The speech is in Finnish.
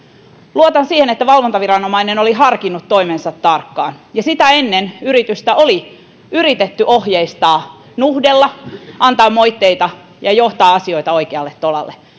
luotan siihen että valvontaviranomainen oli harkinnut toimensa tarkkaan sitä ennen yritystä oli yritetty ohjeistaa nuhdella antaa moitteita ja johtaa asioita oikealle tolalle